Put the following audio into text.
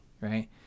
Right